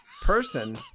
person